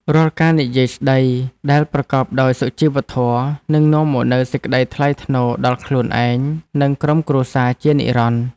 រាល់ការនិយាយស្តីដែលប្រកបដោយសុជីវធម៌នឹងនាំមកនូវសេចក្តីថ្លៃថ្នូរដល់ខ្លួនឯងនិងក្រុមគ្រួសារជានិរន្តរ៍។